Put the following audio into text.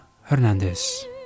Hernandez